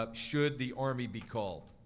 ah should the army be called.